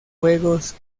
juegos